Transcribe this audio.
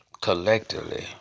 collectively